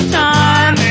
time